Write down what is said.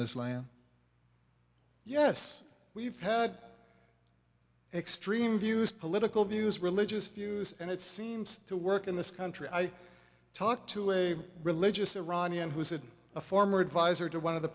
this land yes we've had extreme views political views religious views and it seems to work in this country i talk to a religious iranian who is a former advisor to one of the